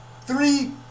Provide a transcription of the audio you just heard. three